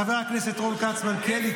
חבר הכנסת רון כץ: מלכיאלי,